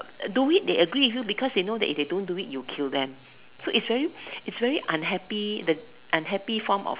the way they agree with you because they know if they don't do it you'll kill them so its very its very unhappy the unhappy form of